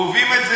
נכון?